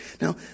Now